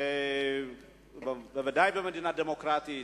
בוודאי במדינה דמוקרטית.